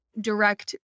direct